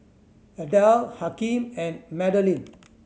Adelle Hakeem and Madalyn